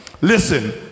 Listen